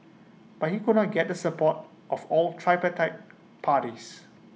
but he could not get the support of all tripartite parties